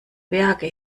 werke